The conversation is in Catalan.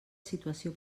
situació